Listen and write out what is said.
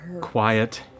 quiet